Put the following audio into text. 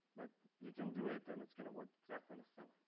but you can do it. and it's going to work exactly the same.